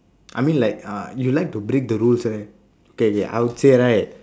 I mean like uh you would like to break the rules right okay okay I would say right